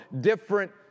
different